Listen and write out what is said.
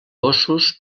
gossos